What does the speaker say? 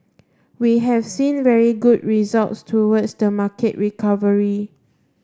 we have seen very good results towards the market recovery